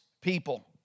people